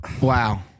Wow